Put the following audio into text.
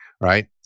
right